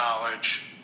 knowledge